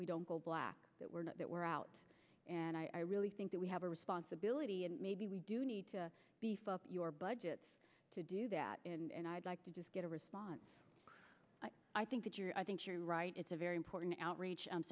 we don't go black that we're not that we're out and i really think that we have a responsibility and maybe we do need to beef up your budgets to do that and i'd like to just get a response i think that you're i think you're right it's a very important outreach